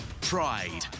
pride